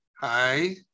Hi